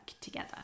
together